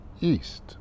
east